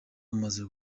umaze